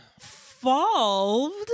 involved